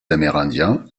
amérindiens